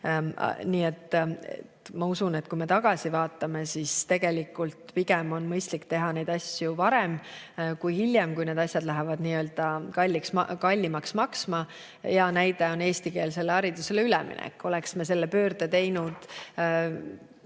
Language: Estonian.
ma usun, et kui me tagasi vaatame, siis tegelikult on mõistlik teha neid asju pigem varem kui hiljem, kui need asjad lähevad kallimaks maksma. Hea näide on eestikeelsele haridusele üleminek. Oleksime me selle pöörde teinud